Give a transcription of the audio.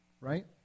Right